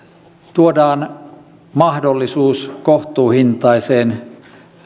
tuodaan mahdollisuus kohtuuhintaiseen